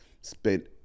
spent